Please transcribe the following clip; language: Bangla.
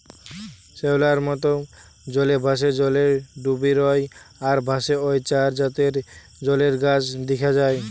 শ্যাওলার মত, জলে ভাসে, জলে ডুবি রয় আর ভাসে ঔ চার জাতের জলের গাছ দিখা যায়